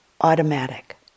automatic